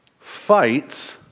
Fights